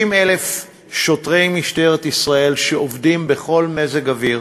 30,000 שוטרי משטרת ישראל, שעובדים בכל מזג אוויר,